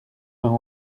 vingt